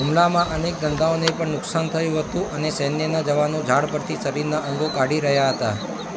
હુમલામાં અનેક ધંધાઓને પણ નુકસાન થયું હતું અને સૈન્યના જવાનો ઝાડ પરથી શરીરનાં અંગો કાઢી રહ્યા હતા